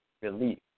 relief